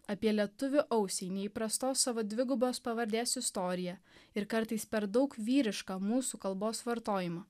apie lietuvių ausiai neįprastos savo dvigubos pavardės istoriją ir kartais per daug vyrišką mūsų kalbos vartojimą